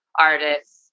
artists